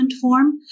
form